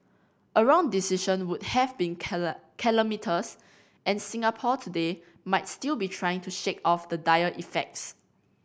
a wrong decision would have been calamitous and Singapore today might still be trying to shake off the dire effects